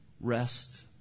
rest